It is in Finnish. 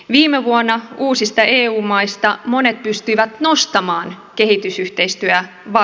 viime vuonna uusista eu maista monet pystyivät nostamaan kehitysyhteistyövaroja